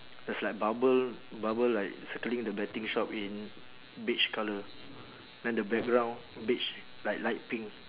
there's like bubble bubble like circling the betting shop in beige colour then the background beige like light pink